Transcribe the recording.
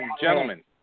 gentlemen